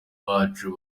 bacu